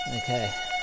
Okay